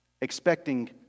expecting